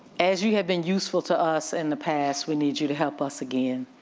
as you have been useful to us in the past, we need you to help us again.